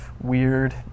weird